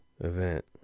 event